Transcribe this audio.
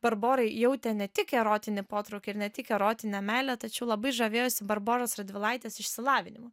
barborai jautė ne tik erotinį potraukį ir ne tik erotinę meilę tačiau labai žavėjosi barboros radvilaitės išsilavinimu